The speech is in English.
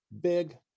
big